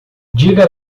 diga